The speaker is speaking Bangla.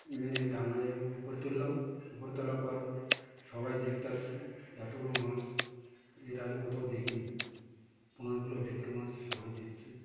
মেরে ডাঙার উপরে তুললাম উপরে তোলার পর সবাই দেখতে আসছে এত বড় মাছ এর আগে কোথাও দেখেনি পনের কিলো ভেটকি মাছ সবাই দেখছে